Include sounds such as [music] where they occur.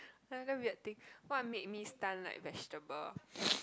another weird thing what made me stunned like vegetable [noise]